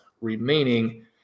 remaining